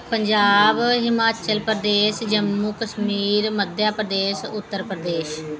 Punjab Himachal Pradesh Jammu Kashmir Madhya Pradesh Uttar Pradesh